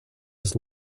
his